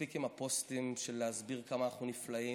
מספיק עם הפוסטים של להסביר כמה אנחנו נפלאים,